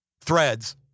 threads